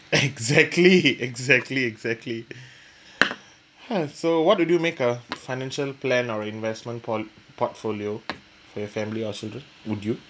exactly exactly exactly so what would you make a financial plan or investment port~ portfolio for your family or so would you